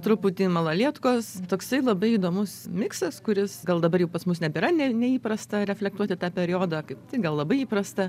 truputį malalietkos toksai labai įdomus miksas kuris gal dabar jau pas mus nebėra neįprasta reflektuoti tą periodą kaip tik gal labai įprasta